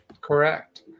Correct